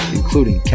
including